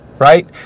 right